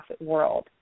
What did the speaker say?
world